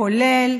כולל,